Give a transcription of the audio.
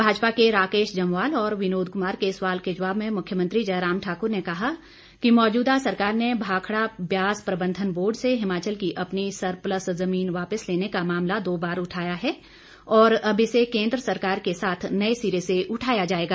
भाजपा के राकेश जम्वाल और विनोद कुमार के सवाल के जवाब में मुख्यमंत्री जयराम ठाकुर ने कहा कि मौजूदा सरकार ने भाखड़ा ब्यास प्रबंधन बोर्ड से हिमाचल की अपनी सरप्लस जमीन वापिस लेने का मामला दो बार उठाया है और अब इसे केंद्र सरकार के साथ नए सिरे से उठाया जाएगा